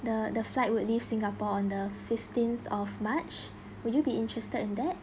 the the flight will leave singapore on the fifteenth of march would you be interested in that